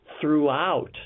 throughout